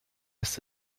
ist